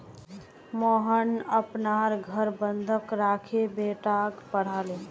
मोहन अपनार घर बंधक राखे बेटाक पढ़ाले